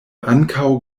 ankaŭ